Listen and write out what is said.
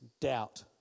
doubt